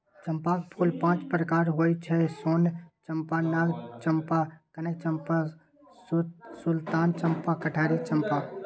चंपाक फूल पांच प्रकारक होइ छै सोन चंपा, नाग चंपा, कनक चंपा, सुल्तान चंपा, कटहरी चंपा